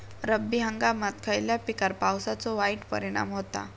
रब्बी हंगामात खयल्या पिकार पावसाचो वाईट परिणाम होता?